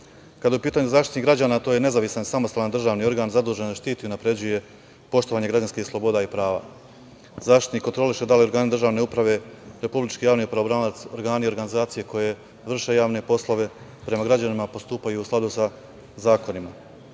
je u pitanju Zaštitnik građana to je nezavisan samostalan državni organ zadužen da štiti, unapređuje, poštovanje građanske slobode i prava.Zaštitnik kontroliše da li organi državne uprave, Republički javni pravobranilac, organi organizacije koje vrše javne poslove prema građanima postupaju u skladu sa zakonima. Ovaj